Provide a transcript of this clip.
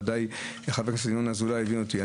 בוודאי חבר הכנסת ינון אזולאי יבין אותי.